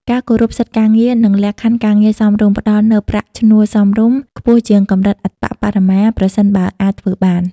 ការគោរពសិទ្ធិការងារ និងលក្ខខណ្ឌការងារសមរម្យ ផ្តល់នូវប្រាក់ឈ្នួលសមរម្យ ខ្ពស់ជាងកម្រិតអប្បបរមា ប្រសិនបើអាចធ្វើបាន។